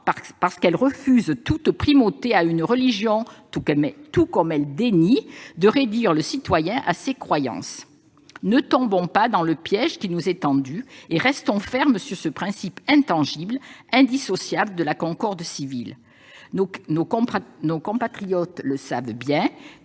parce qu'elle refuse toute primauté à une religion, tout comme elle dénie réduire le citoyen à ses croyances.